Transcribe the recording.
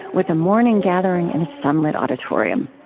with a morning gathering in a sunlit auditorium